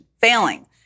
Failing